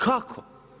Kako?